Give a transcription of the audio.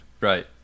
Right